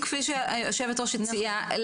כפי שיושבת-הראש הציעה,